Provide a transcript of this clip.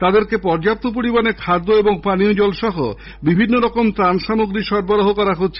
তাদেরকে পর্যাপ্ত পরিমাণে খাবার ও পানীয় জল সহ বিভিন্ন রকম ত্রাণ সরবরাহ করা হচ্ছে